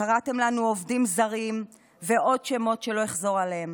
קראתם לנו "עובדים זרים" ועוד שמות שלא אחזור עליהם,